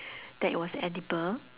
that it was edible